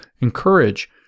encourage